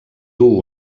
duu